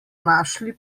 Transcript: našli